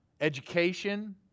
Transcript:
education